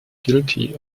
guilty